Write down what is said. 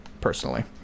personally